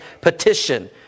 petition